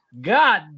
god